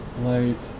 light